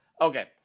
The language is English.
Okay